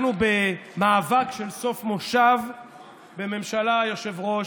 אנחנו במאבק של סוף מושב בממשלה, היושב-ראש,